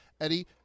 Eddie